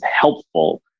helpful